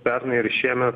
pernai ir šiemet